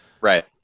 right